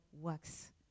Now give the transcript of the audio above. works